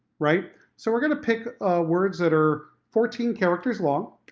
right? so we're gonna pick words that are fourteen characters long.